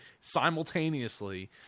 simultaneously